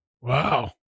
Wow